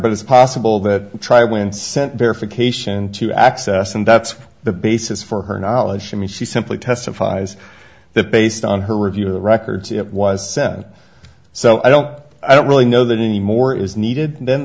but it's possible that tribal and sent verification to access and that's the basis for her knowledge to me she simply testifies that based on her review of the records it was sent so i don't i don't really know that any more is needed then